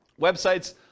websites